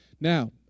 Now